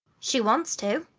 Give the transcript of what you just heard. she wants to.